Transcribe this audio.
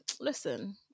listen